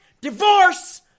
divorce